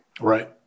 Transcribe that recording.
Right